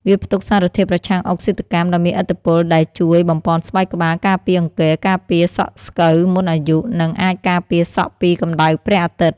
វាផ្ទុកសារធាតុប្រឆាំងអុកស៊ីតកម្មដ៏មានឥទ្ធិពល ដែលជួយបំប៉នស្បែកក្បាល ការពារអង្គែ ការពារសក់ស្កូវមុនអាយុ និងអាចការពារសក់ពីកម្ដៅព្រះអាទិត្យ។